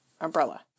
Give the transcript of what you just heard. umbrella